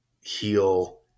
heal